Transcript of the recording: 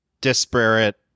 disparate